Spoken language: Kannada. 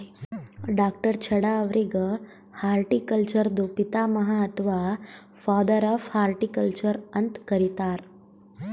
ಡಾ.ಚಢಾ ಅವ್ರಿಗ್ ಹಾರ್ಟಿಕಲ್ಚರ್ದು ಪಿತಾಮಹ ಅಥವಾ ಫಾದರ್ ಆಫ್ ಹಾರ್ಟಿಕಲ್ಚರ್ ಅಂತ್ ಕರಿತಾರ್